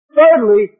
Thirdly